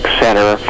center